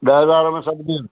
ॾह हज़ार में सभ थी